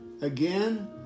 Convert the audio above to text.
Again